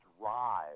drive